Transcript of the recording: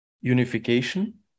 unification